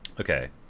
okay